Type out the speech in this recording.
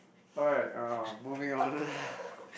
alright uh moving on